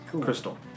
crystal